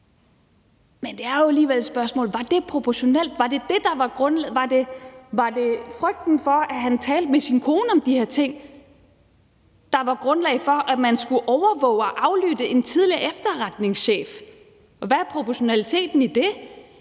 er jo alligevel, om det her var proportionalt, om det var frygten for, om han talte med sin kone om de her ting, der var grundlag for, at man skulle overvåge og aflytte en tidligere efterretningschef. Hvad er proportionaliteten i det?